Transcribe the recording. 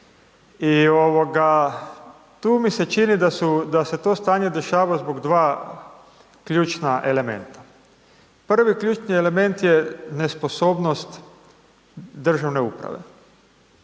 tu mi se čini da se to stanje dešava zbog dva ključna elementa. Prvi ključni element je nesposobnost državne uprave.